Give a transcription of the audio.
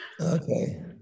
Okay